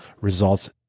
results